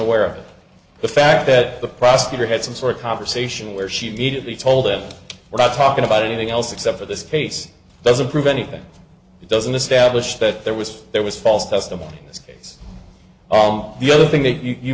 aware of the fact that the prosecutor had some sort of conversation where she immediately told him we're not talking about anything else except for this case doesn't prove anything it doesn't establish that there was there was false testimony in this case on the other thing that you